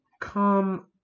come